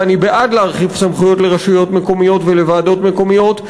ואני בעד להרחיב סמכויות לרשויות מקומיות ולוועדות מקומיות,